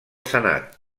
senat